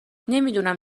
نمیدونم